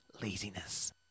laziness